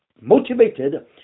motivated